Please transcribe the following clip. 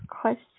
question